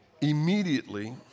immediately